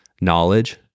knowledge